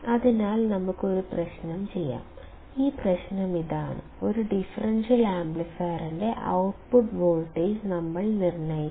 അതിനാൽ നമുക്ക് ഒരു പ്രശ്നം ചെയ്യാം ആ പ്രശ്നം ഇതാണ് ഒരു ഡിഫറൻഷ്യൽ ആംപ്ലിഫയറിന്റെ ഔട്ട്പുട്ട് വോൾട്ടേജ് നമ്മൾ നിർണ്ണയിക്കണം